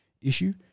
issue